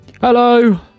Hello